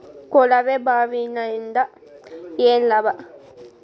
ಕೊಳವೆ ಬಾವಿಯಿಂದ ಏನ್ ಲಾಭಾ?